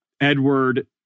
Edward